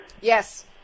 Yes